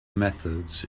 methods